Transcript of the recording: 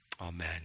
Amen